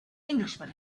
englishman